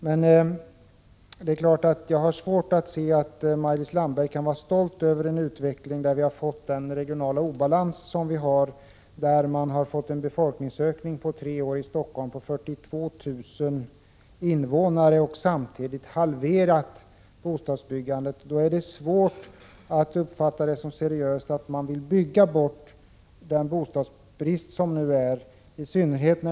Men samtidigt har jag svårt att förstå att Maj-Lis Landberg kan vara stolt över den utveckling som medfört så svår bostadsbrist och en sådan regional obalans att man exempelvis i Stockholm under tre år fått en ökning av befolkningen med 42 000 invånare samtidigt som bostadsbyggandet har halverats. Då är det svårt att uppfatta det som seriöst menat att man vill bygga bort den bostadsbrist som nu råder.